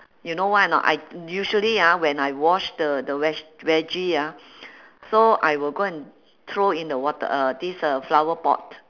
you know why or not I usually ah when I wash the the veg~ veggie ah so I will go and throw in the water uh this uh flower pot